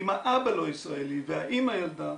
אם האבא לא ישראלי והאימא ילדה,